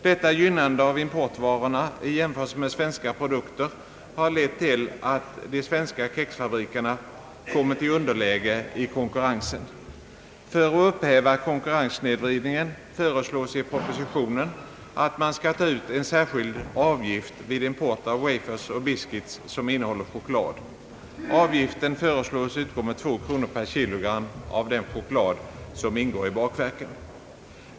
Detta gynnande av importvarorna jämfört med svenska produkter har lett till att de svenska kexfabrikerna kommit i underläge i konkurrensen. För att upphäva konkurrenssnedvridningen föreslås i propositionen, att man skall ta ut en särskild avgift vid import av wafers och biscuits som innehåller choklad. Avgiften föreslås utgå med två kronor per kilogram av den choklad som ingår i bakverken.